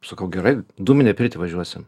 sakau gerai dūminę pirtį važiuosim